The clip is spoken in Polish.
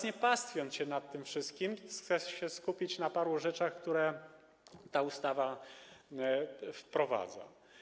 Nie pastwiąc się nad tym wszystkim, chcę się skupić na paru rzeczach, które ta ustawa wprowadza.